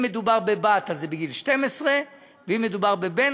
אם מדובר בבת אז זה בגיל 12 ואם מדובר בבן